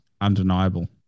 undeniable